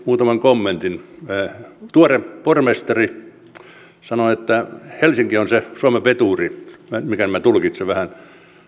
muutaman kommentin tuore pormestari sanoo että helsinki on se suomen veturi mikäli minä tulkitsen vähän